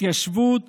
התיישבות